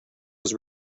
was